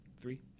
three